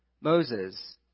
Moses